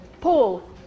Paul